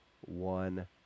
one